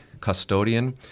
Custodian